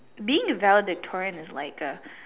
being valedictorian is like a